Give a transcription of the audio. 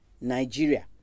Nigeria